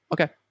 Okay